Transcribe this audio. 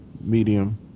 medium